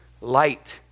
light